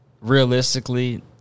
Realistically